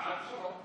חס ושלום.